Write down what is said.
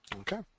Okay